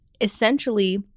essentially